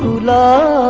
la